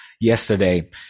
Yesterday